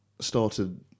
started